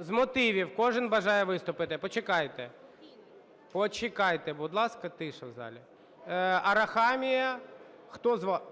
з мотивів кожен бажає виступити, почекайте. Почекайте, будь ласка, тиша в залі. Арахамія. Хто з вас?